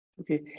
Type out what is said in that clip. Okay